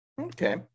Okay